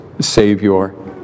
Savior